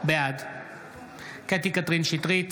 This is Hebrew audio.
בעד קטי קטרין שטרית,